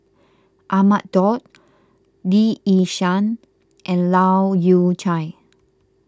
Ahmad Daud Lee Yi Shyan and Leu Yew Chye